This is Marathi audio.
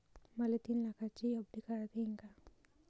मले तीन लाखाची एफ.डी काढता येईन का?